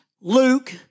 Luke